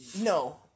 No